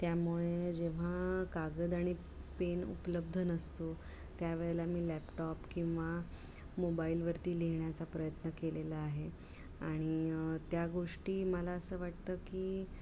त्यामुळे जेव्हा कागद आणि पेन उपलब्ध नसतो त्यावेळेला मी लॅपटॉप किंवा मोबाईलवरती लिहिण्याचा प्रयत्न केलेला आहे आणि त्या गोष्टी मला असं वाटतं की